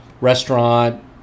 restaurant